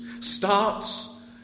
Starts